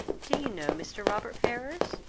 do you know mr. robert ferrars?